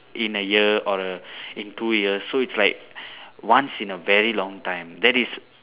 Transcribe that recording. in a year or in two years so its like once in a very long time that is